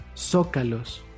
zócalos